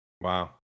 Wow